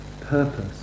purpose